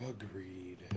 Agreed